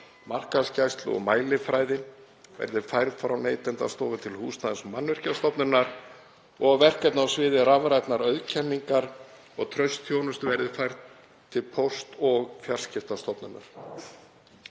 markaðsgæslu og mælifræði verði færð frá Neytendastofu til Húsnæðis- og mannvirkjastofnunar og verkefni á sviði rafrænnar auðkenningar og traustþjónustu verði færð til Póst- og fjarskiptastofnunar.